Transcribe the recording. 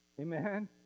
Amen